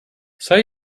sell